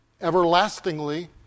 everlastingly